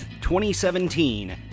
2017